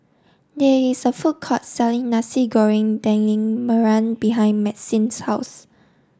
there is a food court selling Nasi Goreng Daging Merah behind Maxine's house